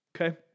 Okay